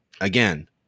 again